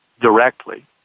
directly